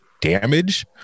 damage